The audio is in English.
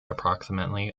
approximately